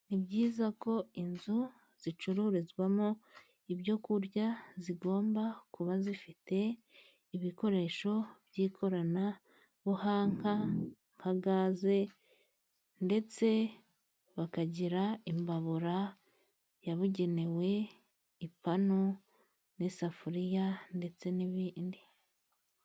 Ni byiza ko inzu zicururizwamo ibyo kurya zigomba kuba zifite ibikoresho by'ikoranabuhanga nka gaze , ndetse bakagira imbabura yabugenewe , ipanu n'isafuriya ndetse n'ibindi.